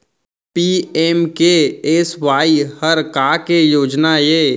PMKSY हर का के योजना हे?